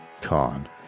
Con